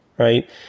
Right